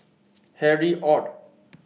Harry ORD